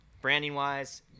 branding-wise